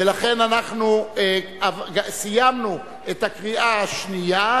ולכן אנחנו סיימנו את הקריאה השנייה,